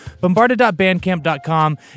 Bombarded.bandcamp.com